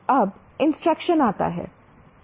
अब इंस्ट्रक्शन आता है